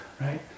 right